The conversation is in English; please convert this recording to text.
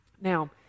Now